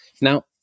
Now